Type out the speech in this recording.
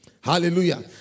Hallelujah